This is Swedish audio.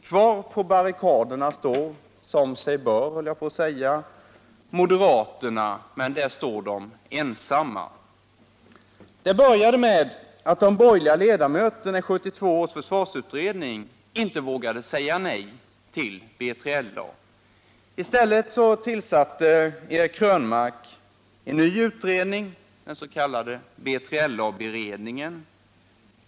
Kvar på barrikaderna står — som sig bör, höll jag på att säga — moderaterna, men där står de ensamma. Det började med att de borgerliga ledamöterna i 1972 års försvarsutredning inte vågade säga nej till B3LA. I stället tillsatte Eric Krönmark en ny utredning, den s.k. BJLA-beredningen.